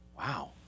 Wow